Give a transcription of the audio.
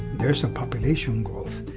there's a population growth.